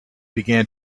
began